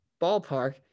ballpark